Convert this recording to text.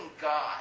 God